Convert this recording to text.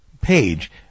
page